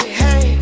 hey